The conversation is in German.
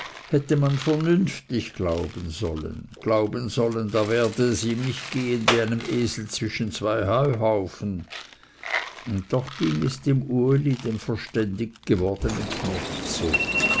hätte man vernünftig glauben sollen glauben sollen da werde es ihm nicht gehen wie einem esel zwischen zwei heuhaufen und doch ging es uli dem verständig gewordenen knecht so